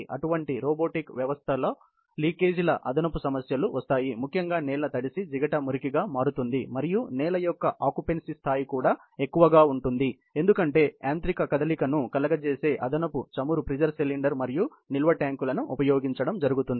అటువంటి రోబోటిక్ వ్యవస్థలో లీకేజీల అదనపు సమస్యలు వస్తాయి ముఖ్యంగా నేల తడిసి జిగట మురికిగా మారుతుంది మరియు నేల యొక్క ఆకుపెన్సీ స్థాయి కూడా ఎక్కువగా ఉంటుంది ఎందుకంటే యాంత్రిక కదలికను కలగజేసే అదనపు చమురు ప్రెజర్ సిలిండర్ మరియు నిల్వ ట్యాంకు లను ఉపయోగించడం జరుగుతుంది